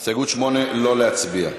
על הסתייגות 8 לא נצביע.